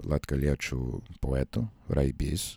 latgaliečių poetu raibys